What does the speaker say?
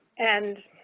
and,